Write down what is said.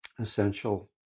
essential